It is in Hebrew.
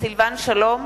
סילבן שלום,